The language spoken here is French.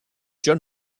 john